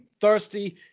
thirsty